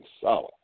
solid